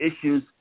issues